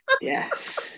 yes